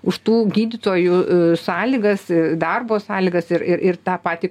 už tų gydytojų sąlygas darbo sąlygas ir ir tą patį